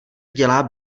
dělá